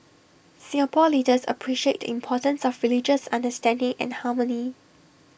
Singapore leaders appreciate the importance of religious understanding and harmony